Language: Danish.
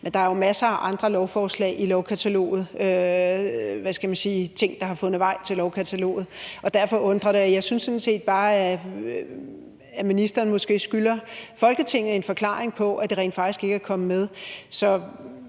men der er jo masser af andre lovforslag i lovkataloget – ting, der har fundet vej til lovkataloget – og derfor undrer det. Jeg synes sådan set bare, at ministeren måske skylder Folketinget en forklaring på, hvorfor det rent faktisk ikke er kommet med.